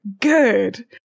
good